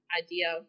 idea